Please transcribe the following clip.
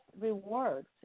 rewards